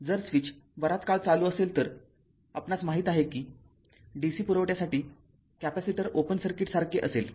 जर स्विच बराच काळ चालू असेल तर आपणास माहीत आहे कि DC पुरवठ्यासाठी कॅपेसिटर ओपन सर्किटसारखे असेल